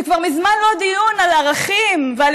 זה כבר מזמן לא דיון על ערכים ועל